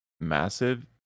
massive